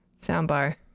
soundbar